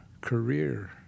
career